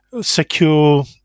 secure